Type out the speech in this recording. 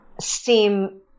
seem